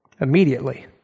immediately